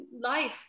life